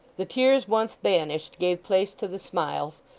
the tears once banished gave place to the smiles,